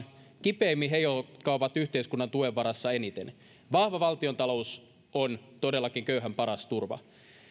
kipeimmin he jotka ovat yhteiskunnan tuen varassa eniten vahva valtiontalous on todellakin köyhän paras turva